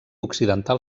occidental